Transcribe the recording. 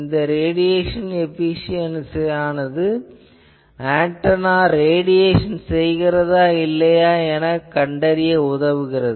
இந்த ரேடியேசன் எபிசியென்சியானது antenna radiation செய்கிறதா இல்லையா எனக் கண்டறிய உதவுகிறது